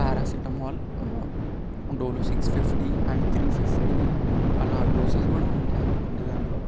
paracetamol Dolo six fifty and three fifty అలా dosage కూడా ఉంటాయనుకోండి దాంట్లో